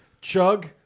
chug